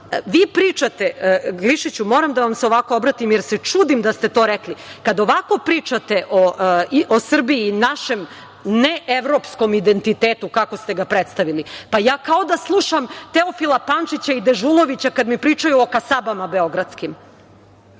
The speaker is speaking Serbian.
vi pričate, moram da vam se ovako obratim, jer se čudim da ste to rekli, kada ovako pričate o Srbiji, našem neevropskom identitetu, kako ste ga predstavili, ja kao da slušam Teofila Pančića i Dežulovića kada mi pričaju o kasabama beogradskim. Prvo,